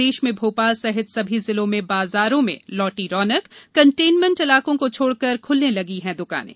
प्रदेश में भोपाल सहित सभी जिलों के बाजारों में लौटी रौनक कंटेनमेण्ट इलाकों को छोड़कर खुलने लगी हैं दुकानें